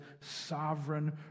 sovereign